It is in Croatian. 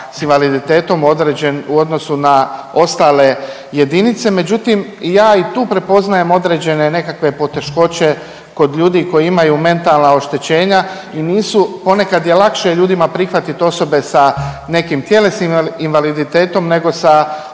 sa invaliditetom određen u odnosu na ostale jedinice. Međutim, ja i tu prepoznajem određene nekakve poteškoće kod ljudi koji imaju mentalna oštećenja i nisu, ponekad je lakše ljudima prihvatiti osobe sa nekim tjelesnim invaliditetom nego sa